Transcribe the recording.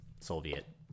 Soviet